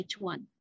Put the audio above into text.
H1